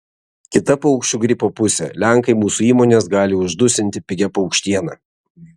kita paukščių gripo pusė lenkai mūsų įmones gali uždusinti pigia paukštiena